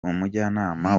umujyanama